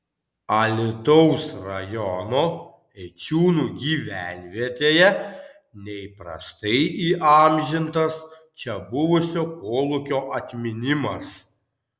alytaus rajono eičiūnų gyvenvietėje neįprastai įamžintas čia buvusio kolūkio atminimas